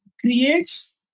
creates